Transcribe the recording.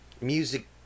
music